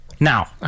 Now